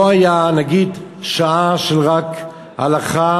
לא הייתה שעה של רק הלכה,